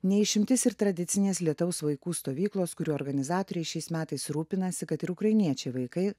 ne išimtis ir tradicinės lietaus vaikų stovyklos kurių organizatoriai šiais metais rūpinasi kad ir ukrainiečiai vaikai